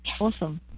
awesome